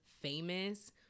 famous